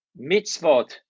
mitzvot